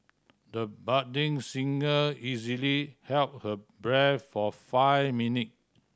the budding singer easily held her breath for five minute